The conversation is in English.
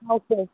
okay